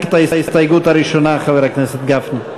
ההסתייגות הראשונה, חבר הכנסת גפני.